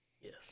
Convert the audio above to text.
Yes